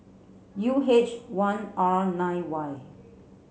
U H one R nine Y